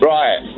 Right